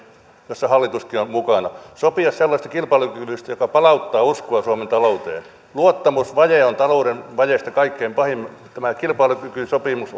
jolloin hallituskin on mukana sellaisesta kilpailukyvystä joka palauttaa uskoa suomen talouteen luottamusvaje on talouden vajeista kaikkein pahin tämä kilpailukykysopimus